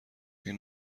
این